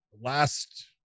last